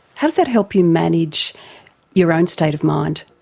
how does that help you manage your own state of mind?